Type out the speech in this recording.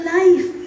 life